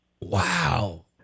Wow